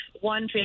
one